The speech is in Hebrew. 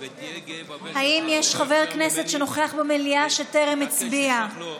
האם יש חבר כנסת שנוכח במליאה וטרם הצביע?